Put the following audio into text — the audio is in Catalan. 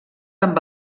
amb